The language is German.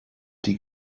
die